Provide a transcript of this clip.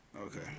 Okay